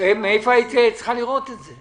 --- איפה היית צריכה לראות את זה?